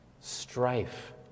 strife